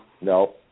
no